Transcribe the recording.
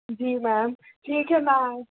جی ma'am ٹھیک ہے میم